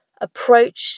approach